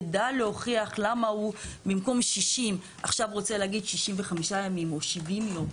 ידע להוכיח למה הוא במקום 60 עכשיו רוצה להגיד 65 ימים או 70 ימים,